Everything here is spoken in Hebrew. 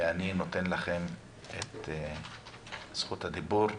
ואני נותן לכם את זכות הדיבור.